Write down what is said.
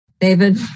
David